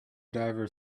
diver